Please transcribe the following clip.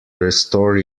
restore